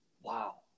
Wow